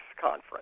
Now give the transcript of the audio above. Conference